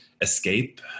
escape